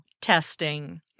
testing